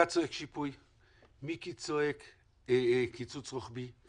אתה צועק שיפוי, מיקי צועק קיצוץ רוחבי.